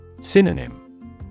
Synonym